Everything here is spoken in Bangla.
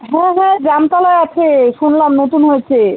হ্যাঁ হ্যাঁ জামতলায় আছে শুনলাম নতুন হয়েছে